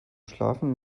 schlafen